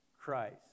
Christ